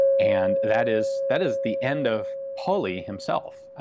and that is that is the end of pauly himself.